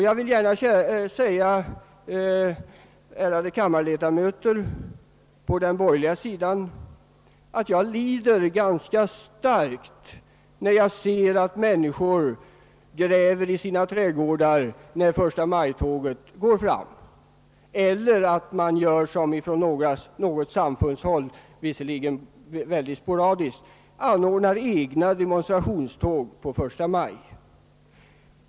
Jag vill gärna säga mina ärade kammarledamöter på den borgerliga sidan, att jag lider ganska starkt när jag ser att människor gräver i sina trädgårdar när 1 maj-tåget går fram eller att man — vilket sporadiskt skett från något frikyrkligt håll — anordnar egna demonstrationståg 1 maj.